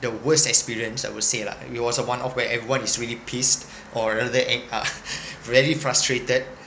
the worst experience I would say lah it was a one off where everyone is really pissed or rather ac~ uh really frustrated